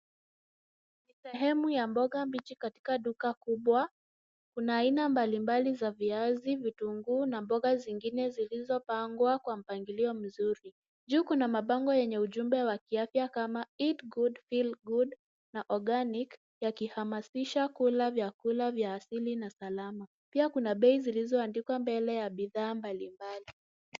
Sehemu ya mboga mbichi katika duka kubwa, kuna aina mbalimbali za viazi, vitunguu na mboga zingine zilizopangwa kwa mpangilio mzuri. Juu kuna mabango yenye ujumbe wa kiafya kama eat good, feel good na organic yakihamasisha kula vyakula vya asili na salama. Pia kuna bei zilizoandikwa mbele ya bidhaa mbalimbali.